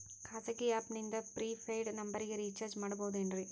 ಖಾಸಗಿ ಆ್ಯಪ್ ನಿಂದ prepaid ನಂಬರಿಗ ರೇಚಾರ್ಜ್ ಮಾಡಬಹುದೇನ್ರಿ?